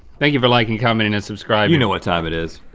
thank you for like and commenting and subscribing. you know what time it is.